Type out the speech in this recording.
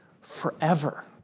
forever